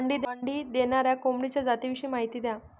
अंडी देणाऱ्या कोंबडीच्या जातिविषयी माहिती द्या